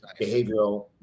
behavioral